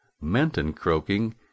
menton-croaking